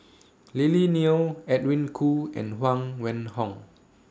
Lily Neo Edwin Koo and Huang Wenhong